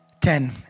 Ten